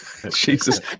Jesus